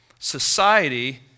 Society